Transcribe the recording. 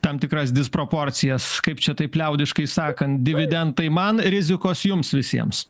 tam tikras disproporcijas kaip čia taip liaudiškai sakant dividendai man rizikos jums visiems